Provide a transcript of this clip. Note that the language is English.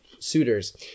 suitors